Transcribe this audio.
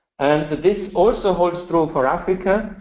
and this also holds true for africa,